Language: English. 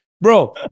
Bro